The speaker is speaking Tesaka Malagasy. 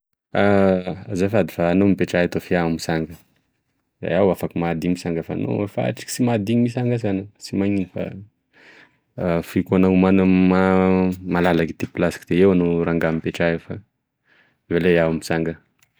Azafady fa anao mipetra eto fa iao misanga iao afaky mahadiny misanga fa anao efa atrika sy madiny misanga zany sy manino fa afoiko mana- ma- malalaky ty plasiko ty eo anao ranga mipetraha eo fa avelay aho mitsanga.